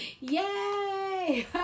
Yay